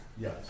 Yes